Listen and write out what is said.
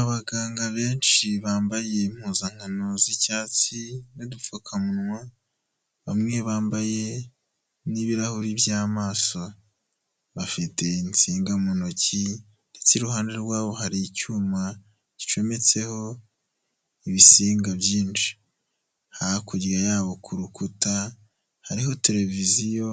Abaganga benshi bambaye impuzankano z'icyatsi n'udupfukamunwa, bamwe bambaye n'ibirahuri by'amaso, bafite insinga mu ntoki ndetse iruhande rwabo hari icyuma gicometseho ibisiga byinshi. Hakurya yabo ku rukuta hariho tereviziyo